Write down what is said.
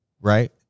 right